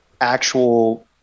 actual